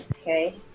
okay